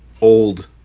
old